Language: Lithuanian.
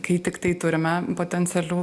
kai tiktai turime potencialių